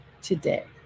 today